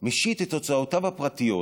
משית את הוצאותיו הפרטיות